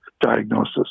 diagnosis